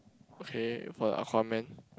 okay for the Aquaman